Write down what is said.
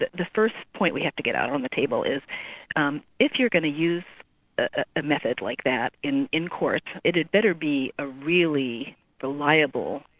the first point we have to get out on the table is um if you're going to use a method like that in in courts it had better be a really reliable,